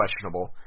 questionable